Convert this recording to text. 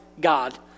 God